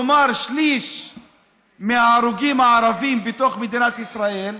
כלומר, שליש מההרוגים הערבים בתוך מדינת ישראל.